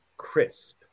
crisp